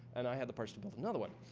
and i had the parts to build another one.